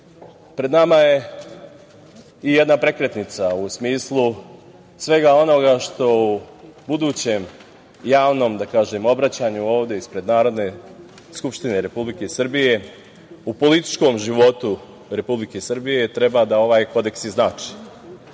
Pred nama je i jedna prekretnica u smislu svega onoga što u budućem javnom obraćanju ovde ispred Narodne skupštine Republike Srbije u političkom životu Republike Srbije treba ovaj kodeks i znači. Mi